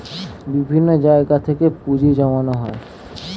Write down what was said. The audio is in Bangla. বিভিন্ন জায়গা থেকে পুঁজি জমানো হয়